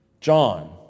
John